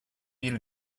you